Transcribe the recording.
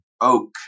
oak